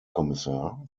kommissar